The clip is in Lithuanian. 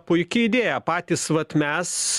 puiki idėja patys vat mes